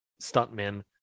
stuntmen